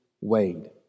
Wade